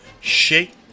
shake